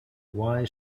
why